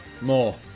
More